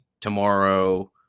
tomorrow